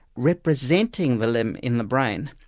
representing the limb in the brain,